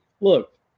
look